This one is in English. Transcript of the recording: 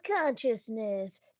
consciousness